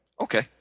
Okay